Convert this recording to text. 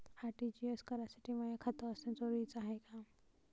RTGS करासाठी माय खात असनं जरुरीच हाय का?